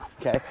okay